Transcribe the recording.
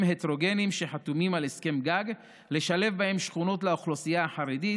הטרוגניים שחתומים על הסכם גג לשלב בהם שכונות לאוכלוסייה החרדית